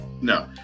no